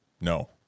No